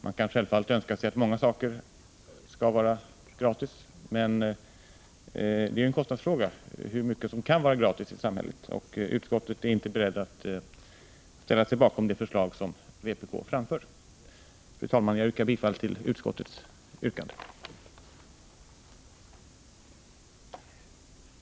Man kan självfallet önska att många saker i ett samhälle skall vara gratis, men det är ju en kostnadsfråga, och utskottet är inte berett att ställa sig bakom det förslag som vpk framför. Fru talman! Jag yrkar bifall till utskottets hemställan.